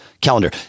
calendar